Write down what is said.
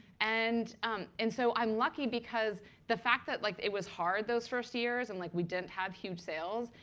and and so i'm lucky because the fact that like it was hard those first years and like we didn't have huge sales,